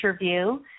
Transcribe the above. interview